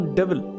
devil